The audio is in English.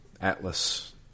Atlas